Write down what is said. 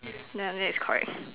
ya then is correct